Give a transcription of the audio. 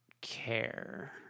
care